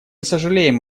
сожалеем